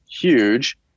huge